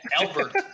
Albert